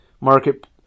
market